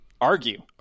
argue